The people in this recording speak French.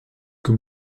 que